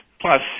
Plus